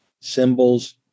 symbols